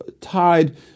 tied